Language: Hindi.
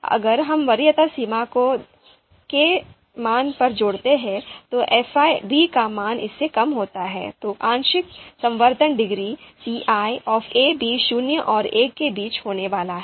इसलिए अगर हम वरीयता सीमा को then a 'के मान पर जोड़ते हैं तो Fi का मान इससे कम होता है तो आंशिक समवर्ती डिग्री ci a b शून्य और एक के बीच होने वाला है